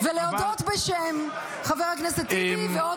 עבר ----- ולהודות בשם חבר הכנסת טיבי ועוד